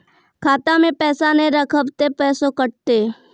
खाता मे पैसा ने रखब ते पैसों कटते?